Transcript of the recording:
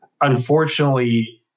Unfortunately